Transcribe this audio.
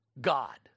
God